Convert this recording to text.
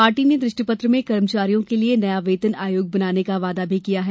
party ने दृष्टिपत्र में कर्मचारियों के लिए नया वेतन आयोग बनाने का वादा भी किया है